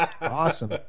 Awesome